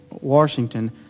Washington